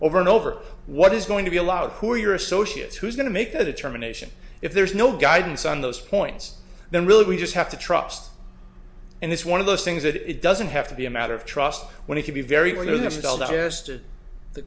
over and over what is going to be allowed who are your associates who's going to make a determination if there's no guidance on those points then really we just have to trust and this one of those things that it doesn't have to be a matter of trust when you can be very